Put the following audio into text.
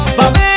Baby